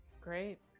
Great